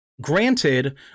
Granted